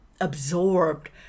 absorbed